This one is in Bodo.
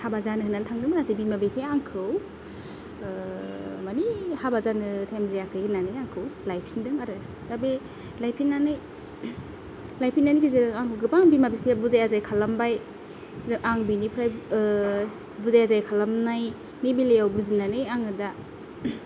हाबा जानो होननानै थांदोंमोन आरो बिमा बिफाया आंखौ माने हाबा जानो टाइम जायाखै होननानै आंखौ लायफिनदों आरो दा बे लायफिननानै लायफिननायनि गेजेरजों आंखौ गोबां बिमा बिफाया बुजाय आजाय खालामबाय आं बेनिफ्राय बुजाय आजाय खालामनायनि बेलायाव बुजिनानै आङो दा